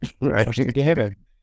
Right